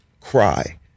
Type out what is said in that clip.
cry